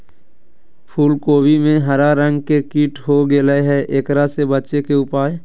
फूल कोबी में हरा रंग के कीट हो गेलै हैं, एकरा से बचे के उपाय?